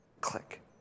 Click